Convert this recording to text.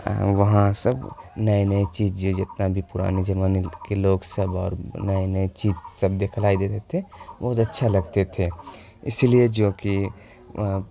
وہاں سب نئے نئے چیز جو جتنا بھی پرانے زمانے کے لوگ سب اور نئے نئے چیز سب دکھلائی دیتے تھے بہت اچھا لگتے تھے اسی لیے جو کہ